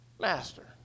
Master